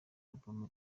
album